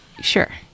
Sure